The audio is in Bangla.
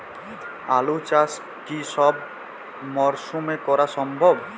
আলু চাষ কি সব মরশুমে করা সম্ভব?